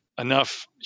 enough